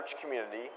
community